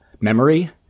memory